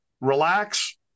relax